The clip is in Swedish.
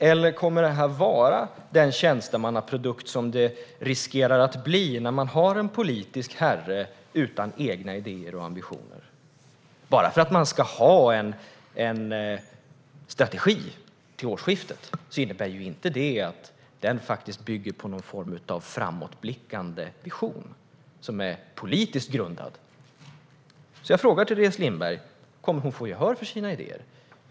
Eller kommer det här att vara den tjänstemannaprodukt som den riskerar att bli när man har en politisk herre utan egna idéer och ambitioner? Bara för att det ska finnas en strategi till årsskiftet innebär det inte att den faktiskt bygger på någon form av framåtblickande vision som är politiskt grundad. Kommer Teres Lindberg att få gehör för sina idéer?